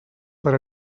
per